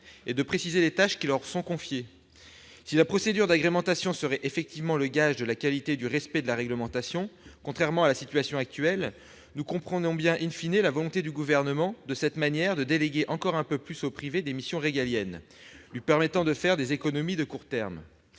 et de préciser les tâches qui leur sont confiées. Si la procédure d'agrémentation peut effectivement être le gage de la qualité du respect de la réglementation, contrairement à la situation actuelle, nous comprenons bien,, la volonté du Gouvernement de déléguer encore un peu plus au privé, de cette manière, des missions régaliennes, lui permettant de faire des économies de court terme.